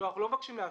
אנחנו לא מבקשים לאשר.